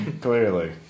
Clearly